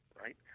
right